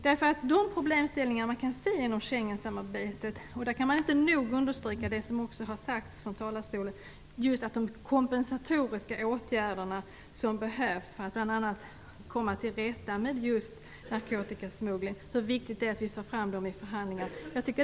När det gäller de problemställningar som man kan se inom Schengensamarbetet kan det inte nog understrykas som har sagts också här i talarstolen, nämligen att det är viktigt att de kompensatoriska åtgärder som behövs för att bl.a. komma till rätta med narkotikasmuggling förs fram i förhandlingarna.